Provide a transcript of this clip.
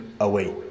away